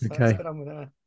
okay